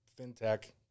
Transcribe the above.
fintech